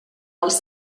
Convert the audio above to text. els